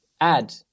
add